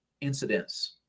incidents